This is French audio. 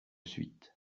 suite